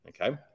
Okay